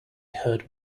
heard